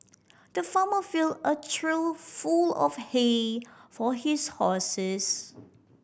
the farmer filled a trough full of hay for his horses